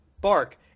Bark